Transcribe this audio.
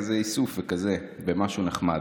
כזה איסוף וכזה במשהו נחמד.